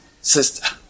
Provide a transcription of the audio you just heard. sister